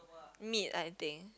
mid I think